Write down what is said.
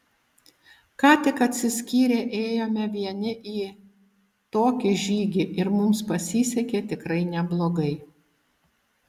ką tik atsiskyrę ėjome vieni į tokį žygį ir mums pasisekė tikrai neblogai